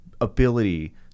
ability